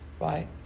Right